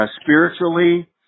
spiritually